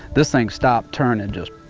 this thing stopped turning, just